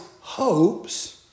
hopes